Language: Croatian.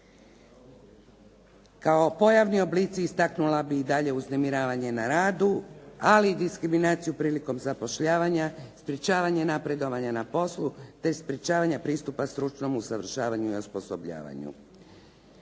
Kao pojavni oblici istaknula bih dalje uznemiravanje na radu, ali i diskriminaciju prilikom zapošljavanja, sprječavanje napredovanja na poslu te sprječavanje pristupa stručnom usavršavanju i osposobljavanju.